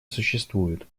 существует